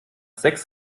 sechs